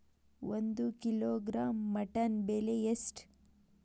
ಒಂದು kilogram mutton ಬೆಲೆ ಎಷ್ಟ್?